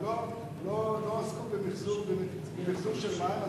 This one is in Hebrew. לא עסקו במיחזור של מים,